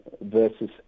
versus